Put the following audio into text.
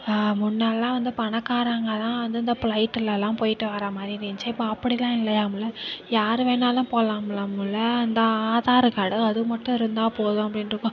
முன்னெல்லாம் வந்து பணக்காரங்கள் தான் வந்து இந்த பிளைட்டில்லாம் போயிட்டு வர மாதிரி இருந்துச்சு இப்போ அப்படிலாம் இல்லையாம்ல யார் வேணாலும் போகலாம்முல்ல அந்த ஆதார் கார்டும் அது மட்டும் இருந்தால் போதும் அப்படின்டிக்குவோ